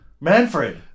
Manfred